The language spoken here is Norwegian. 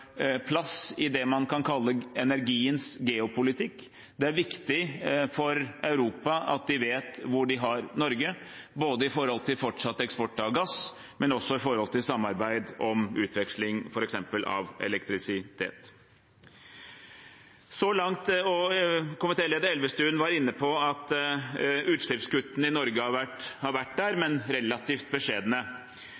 plass i det man kan kalle energiens geopolitikk. Det er viktig for Europa at de vet hvor de har Norge, både med tanke på fortsatt eksport av gass og med tanke på samarbeid om utveksling av f.eks. elektrisitet. Komitéleder Elvestuen var inne på at utslippskuttene i Norge har vært der, men at de har vært